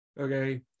okay